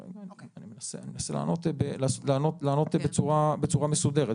אני מנסה לענות בצורה מסודרת.